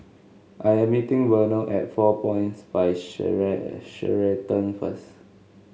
I am meeting Vernal at Four Points by Sheraton first